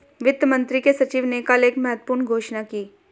वित्त मंत्री के सचिव ने कल एक महत्वपूर्ण घोषणा की